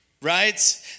right